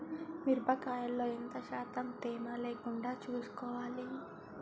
మిరప కాయల్లో ఎంత శాతం తేమ లేకుండా చూసుకోవాలి?